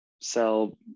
sell